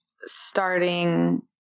starting